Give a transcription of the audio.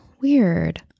weird